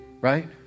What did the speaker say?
right